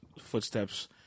footsteps